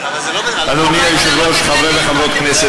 אדוני היושב-ראש, חברי וחברות כנסת